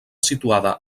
situada